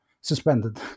suspended